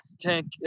tank